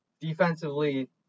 Defensively